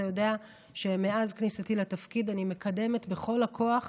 אתה יודע שמאז כניסתי לתפקיד אני מקדמת בכל הכוח